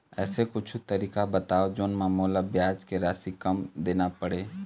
ऐसे कुछू तरीका बताव जोन म मोला ब्याज के राशि कम देना पड़े?